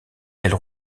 elle